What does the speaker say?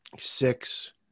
six